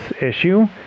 issue